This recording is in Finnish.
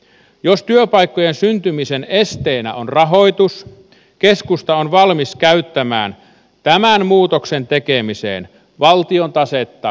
jos työpaikkojen syntymisen esteenä on rahoitus keskusta on valmis käyttämään tämän muutoksen tekemiseen valtion tasetta eli omaisuutta